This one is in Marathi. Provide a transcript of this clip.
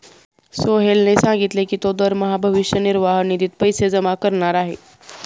सोहेलने सांगितले की तो दरमहा भविष्य निर्वाह निधीत पैसे जमा करणार आहे